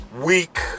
weak